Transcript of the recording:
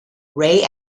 ray